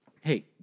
Hey